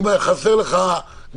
שבה אתה תקוע אם חסר לך אישור זה וזה כרגע,